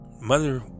mother